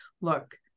Look